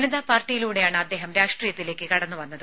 ജനതാ പാർട്ടിയിലൂടെയാണ് അദ്ദേഹം രാഷ്ട്രീയത്തിലേക്ക് കടന്നുവന്നത്